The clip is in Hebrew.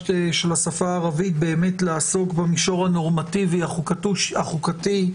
השפה הערבית לעסוק במישור הנורמטיבי החוקתי,